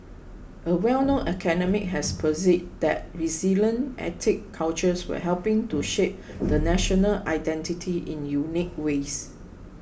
a well known academic has posited that resilient ethnic cultures were helping to shape the national identity in unique ways